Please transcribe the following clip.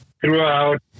throughout